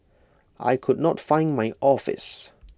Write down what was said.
I could not find my office